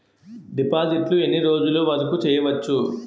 డిపాజిట్లు ఎన్ని రోజులు వరుకు చెయ్యవచ్చు?